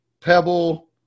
Pebble